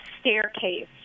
staircase